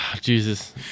Jesus